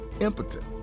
impotent